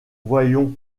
voyons